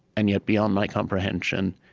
and yet, beyond my comprehension.